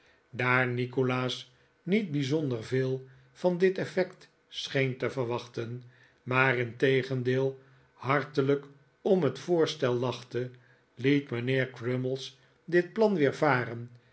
daar nikolaas niet bijzonder veel van dit effect scheen te verwachten maar integendeel hartelijk om het voorstel lachte liet mijnheer crummies dit plan weer varen